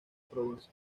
provincia